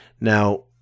Now